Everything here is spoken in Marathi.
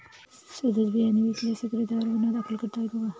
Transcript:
सदोष बियाणे विकल्यास विक्रेत्यांवर गुन्हा दाखल करता येतो का?